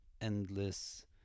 endless